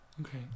Okay